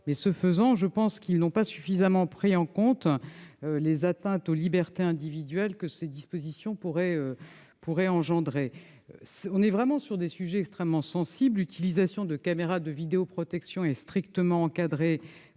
-, mais je pense qu'il n'a pas suffisamment pris en compte les atteintes aux libertés individuelles que ces dispositions pourraient engendrer. Ces sujets sont extrêmement sensibles. L'utilisation de caméras de vidéoprotection est strictement encadrée